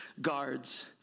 guards